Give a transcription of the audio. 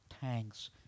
tanks